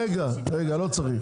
רגע, אבנר, לא צריך.